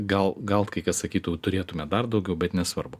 gal gal kai kas sakytų turėtume dar daugiau bet nesvarbu